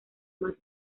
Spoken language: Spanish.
más